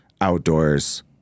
outdoors